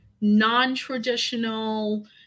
non-traditional